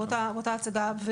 אותה הצגה.